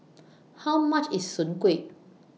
How much IS Soon Kueh